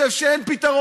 אתה יודע שזה לא נכון.